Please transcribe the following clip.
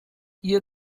ihr